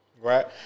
Right